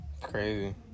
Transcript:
Crazy